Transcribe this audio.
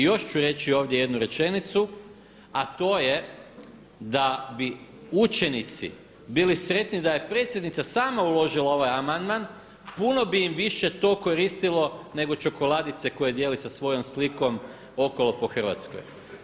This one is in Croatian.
I još ću reći ovdje jednu rečenicu, a to je da bi učenici bili sretni da je predsjednica sama uložila ovaj amandman, puno bi im više to koristilo nego čokoladice koje dijeli sa svojom slikom okolo po Hrvatskoj.